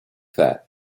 that